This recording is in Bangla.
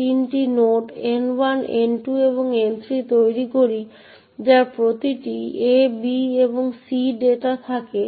তিনটি নোড N1 N2 এবং N3 তৈরি করি যার প্রতিটিতে A B এবং C ডেটা থাকে